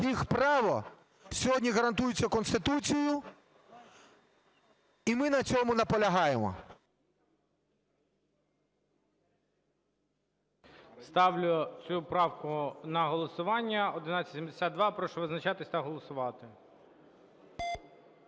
їх право сьогодні гарантується Конституцією. І ми на цьому наполягаємо. ГОЛОВУЮЧИЙ. Ставлю цю правку на голосування, 1172. Прошу визначатись та голосувати.